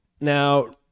Now